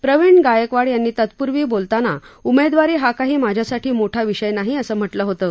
प्रवीण गायकवाड यांनी तत्पूर्वी बोलताना उमेदवारी हा काही माझ्यासाठी मोठा विषय नाही असं म्हटलं होतं